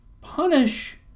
punish